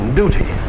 duty